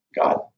God